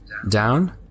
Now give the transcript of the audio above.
down